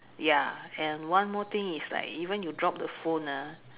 ya and one more thing is like even you drop the phone ah